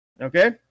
Okay